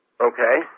Okay